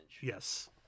Yes